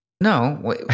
no